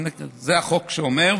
זה מה שהחוק שאומר.